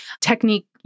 technique